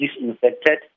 disinfected